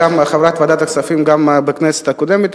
שהיתה חברת ועדת הכספים גם בכנסת הקודמת,